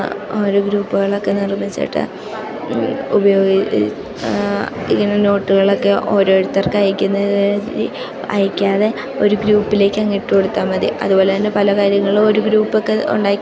ഓരോ ഗ്രൂപ്പുകളൊക്കെ നിർമ്മിച്ചിട്ട് ഉപയോഗി ഇങ്ങനെ നോട്ടുകളൊക്കെ ഓരോരുത്തർക്കയക്കുന്നതിനു വേണ്ടി അയക്കാതെ ഒരു ഗ്രൂപ്പിലേക്കങ്ങിട്ട് കൊടുത്താൽ മതി അതു പോലെ തന്നെ പല കാര്യങ്ങളുമൊരു ഗ്രൂപ്പൊക്കെ ഉണ്ടാക്കി